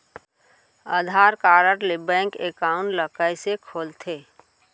आधार card ले bank account ल कइसे खोलथे?